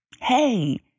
hey